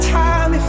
time